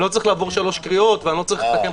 אני לא צריך לעבור שלוש קריאות ואני לא צריך לתקן חקיקה.